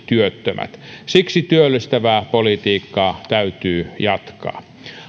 työttömät siksi työllistävää politiikkaa täytyy jatkaa